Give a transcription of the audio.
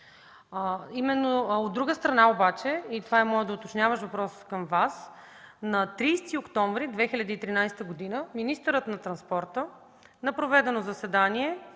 От друга страна обаче, и това е вторият ми уточняващ въпрос към Вас, на 30 октомври 2013 г. министърът на транспорта на проведено заседание